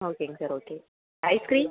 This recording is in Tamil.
ஓகேங்க சார் ஓகே ஐஸ்கிரீம்